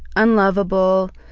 unlovable,